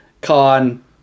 con